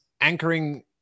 anchoring